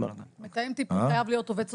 מתאם טיפול חייב להיות עובד סוציאלי?